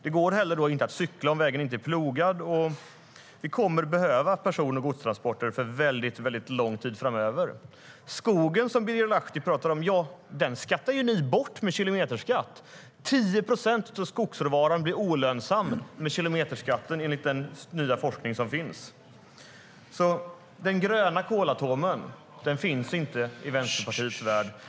Det går inte heller att cykla om vägen inte är plogad. Vi kommer att behöva person och godstransporter för väldigt lång tid framöver. Skogen, som Birger Lahti talar om, skattar ni ju bort med kilometerskatt. 10 procent av skogsråvaran blir olönsam med kilometerskatten enligt den nya forskning som finns. Den gröna kolatomen finns inte i Vänsterpartiets värld.